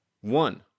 One